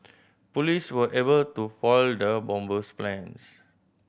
police were able to foil the bomber's plans